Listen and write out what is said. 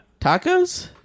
Tacos